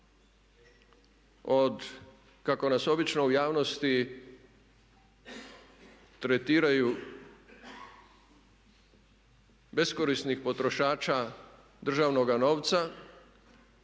od kako nas obično u javnosti tretiraju beskorisnih potrošača državnoga novca